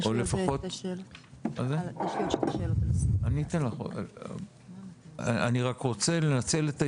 אני רק רוצה לנצל את ההזדמנות,